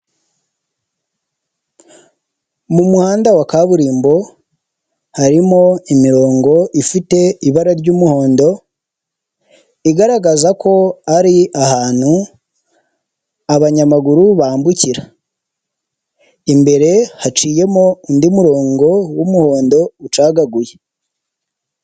Mu muhanda wa kaburimbo harimo imirongo ifite ibara ry'umuhondo, igaragaza ko ari ahantu abanyamaguru bambukira, imbere haciyemo undi murongo w'umuhondo ucagaguye.